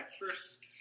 first